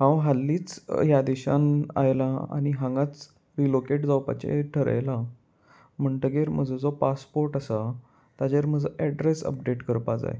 हांव हाललींच ह्या देशान आयलां आनी हांगाच रिलोकेट जावपाचें ठरयलां म्हणटगीर म्हजो जो पासपोर्ट आसा ताजेर म्हजो एड्रेस अपडेट करपा जाय